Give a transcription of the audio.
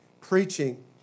preaching